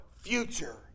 future